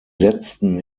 letzten